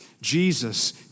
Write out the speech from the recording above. Jesus